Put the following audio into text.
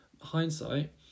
hindsight